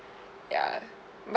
ya